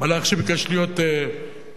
מלאך שביקש להיות אלוהים.